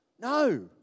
No